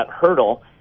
hurdle